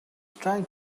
trying